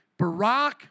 Barack